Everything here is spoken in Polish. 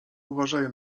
uważają